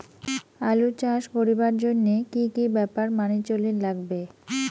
আলু চাষ করিবার জইন্যে কি কি ব্যাপার মানি চলির লাগবে?